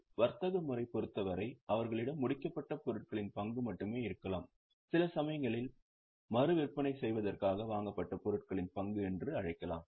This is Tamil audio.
ஒரு வர்த்தக முறை பொறுத்தவரை அவர்களிடம் முடிக்கப்பட்ட பொருட்களின் பங்கு மட்டுமே இருக்கலாம் சில சமயங்களில் மறுவிற்பனை செய்வதற்காக வாங்கப்பட்ட பொருட்களின் பங்கு என்றும் அழைக்கலாம்